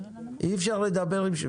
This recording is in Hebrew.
הרבה פחות מחברות תעופה,